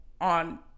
on